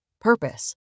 Purpose